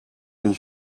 and